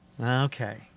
Okay